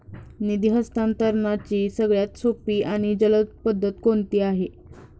निधी हस्तांतरणाची सगळ्यात सोपी आणि जलद पद्धत कोणती आहे?